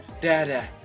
Dada